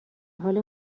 حال